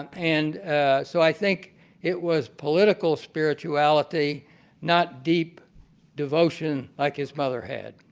and so i think it was political spirituality not deep devotion like his mother had.